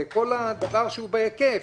לכל דבר שנמצא בהיקף,